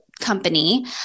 company